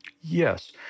Yes